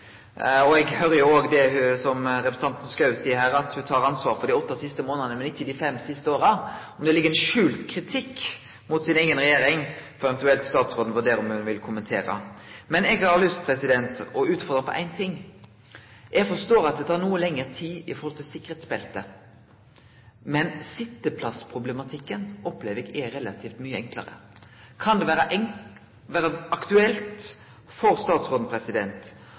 Eg hører òg at ho – som representanten Schou seier – tek ansvar for dei åtte siste månadene, men ikkje for dei fem siste åra. Om det ligg ein skjult kritikk mot eiga regjering, får statsråden eventuelt vurdere om ho vil kommentere. Eg har lyst å utfordre på éin ting. Eg forstår at det tek noko lengre tid når det gjeld sikkerheitsbelte, men sitjeplassproblematikken opplever eg er relativt mykje enklare. Kan det vere aktuelt for statsråden